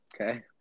Okay